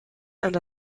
and